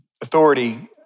authority